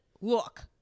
look